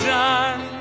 done